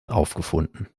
aufgefunden